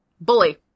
Bully